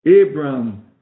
Abraham